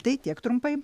tai tiek trumpai